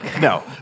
No